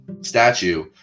statue